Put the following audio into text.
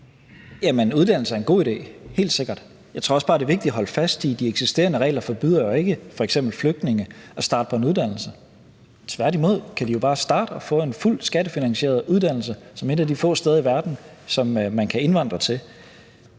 uddannelse er en god idé, helt sikkert. Jeg tror også bare, det er vigtigt at holde fast i, at de eksisterende regler jo ikke forbyder f.eks. flygtninge at starte på en uddannelse. Tværtimod kan de jo bare starte og få en fuldt skattefinansieret uddannelse, som et af de få steder i verden man kan indvandre til.